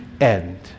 end